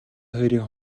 хоёрын